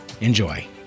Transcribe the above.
Enjoy